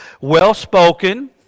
well-spoken